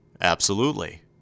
Absolutely